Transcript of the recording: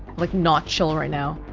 like not chill right now